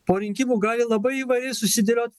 po rinkimų gali labai įvairiai susidėliot